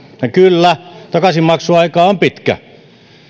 ja kyllä takaisinmaksuaika on pitkä